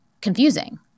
confusing